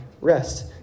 rest